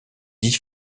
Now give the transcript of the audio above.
dix